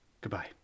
goodbye